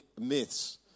myths